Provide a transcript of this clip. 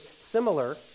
similar